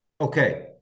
Okay